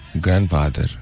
grandfather